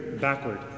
backward